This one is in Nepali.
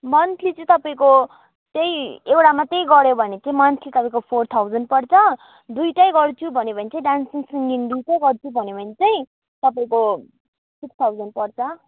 मन्थली चाहिँ तपाईँको त्यही एउटा मात्रै गऱ्यो भने चाहिँ मन्थली तपाईँको फोर थाउजन पर्छ दुइटै गर्छु भन्यो भने चाहिँ डान्सिङ सिङ्गिङ दुइटै गर्छु भन्यो भने चाहिँ तपाईँको सिक्स थाउजन पर्छ